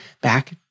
back